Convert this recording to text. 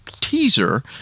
teaser